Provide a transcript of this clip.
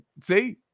See